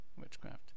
witchcraft